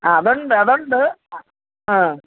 അതുണ്ട് അതുണ്ട് അ ആ